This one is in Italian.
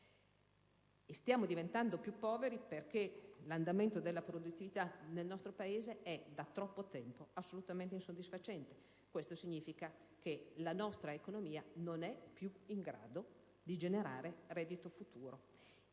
lo sta diventando perché l'andamento della produttività in Italia è da troppo tempo assolutamente insoddisfacente. Questo significa che la nostra economia non è più in grado di generare reddito futuro,